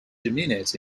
jimenez